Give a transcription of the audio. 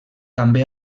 també